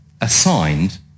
assigned